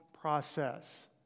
process